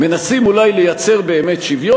מנסים אולי לייצר באמת שוויון.